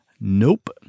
Nope